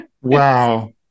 wow